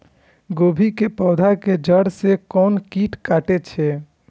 गोभी के पोधा के जड़ से कोन कीट कटे छे?